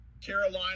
Carolina